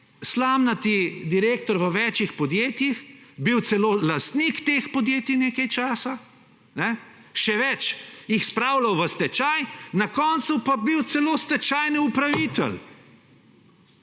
slamnati direktor v večjih podjetjih bil celo lastnih teh podjetij nekaj časa, še več, jih spravljal v stečaj, na koncu pa bil celo stečajni upravitelj.